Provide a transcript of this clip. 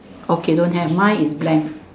okay don't have mine is blank